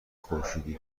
خورشیدی